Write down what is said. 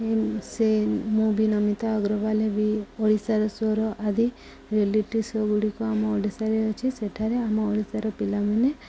ସେ ମୁଁ ବି ନମିତା ଅଗ୍ରୱାଲ ହେବି ଓଡ଼ିଶାର ସୋର ଆଦି ରିଆଲିଟି ସୋ ଗୁଡ଼ିକ ଆମ ଓଡ଼ିଶାରେ ଅଛି ସେଠାରେ ଆମ ଓଡ଼ିଶାର ପିଲାମାନେ